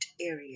area